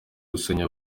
gusenya